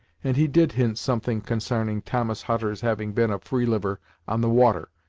and he did hint something consarning thomas hutter's having been a free-liver on the water,